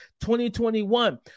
2021